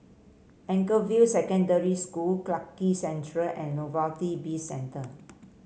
Anchorvale Secondary School Clarke Quay Central and Novelty Bizcentre